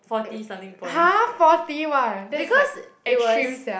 forty something points because it was